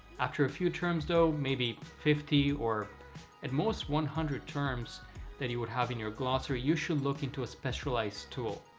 after a few terms though, maybe fifty or at most one hundred terms that you would have in your glossary, you should look into a specialized tool.